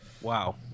Wow